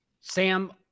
Sam